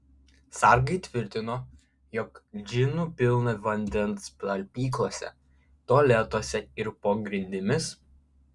sargai tvirtino jog džinų pilna vandens talpyklose tualetuose ir po grindimis